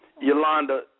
Yolanda